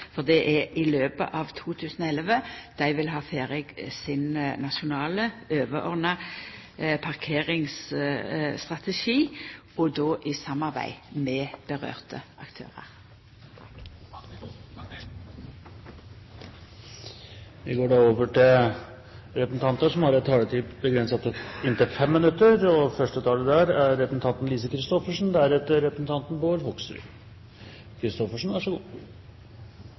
for det er i løpet av 2011 dei vil ha ferdig sin nasjonale, overordna parkeringsstrategi, og då i samarbeid med